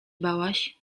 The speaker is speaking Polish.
bałaś